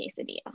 quesadilla